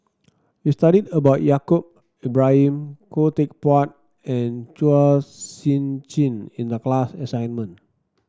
we studied about Yaacob Ibrahim Khoo Teck Puat and Chua Sian Chin in the class assignment